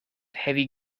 heavy